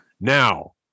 Now